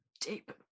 deep